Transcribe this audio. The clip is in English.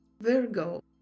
Virgo